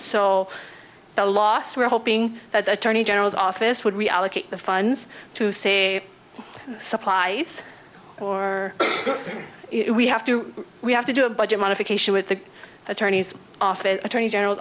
so the loss we are hoping that the attorney general's office would reallocate the funds to say supplies or we have to we have to do a budget modification with the attorneys office attorney general